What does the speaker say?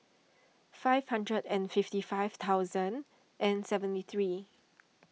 five hundred and fifty five thousand and seventy three